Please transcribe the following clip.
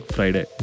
Friday